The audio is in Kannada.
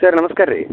ಸರ್ ನಮಸ್ಕಾರ ರೀ